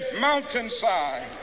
mountainside